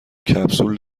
کپسول